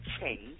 change